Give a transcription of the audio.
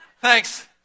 Thanks